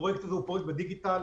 הפרויקט הזה פועל בדיגיטל,